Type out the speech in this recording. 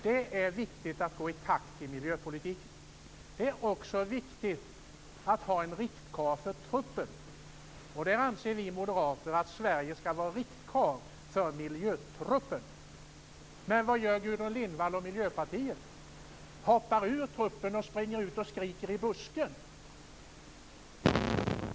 Det är viktigt att gå i takt i miljöpolitiken. Det är också viktigt att ha en riktkarl för truppen. Vi moderater anser att Sverige skall vara riktkarl för miljötruppen. Men vad gör Gudrun Lindvall och Miljöpartiet? Ni hoppar ur truppen och springer ut och skriker i busken.